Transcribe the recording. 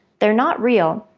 they're not real,